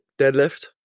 Deadlift